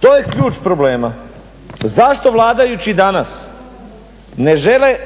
to je ključ problema. Zašto vladajući danas ne žele